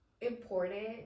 important